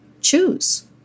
choose